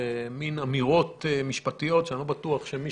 זה מין אמירות משפטיות שאני לא בטוח שמי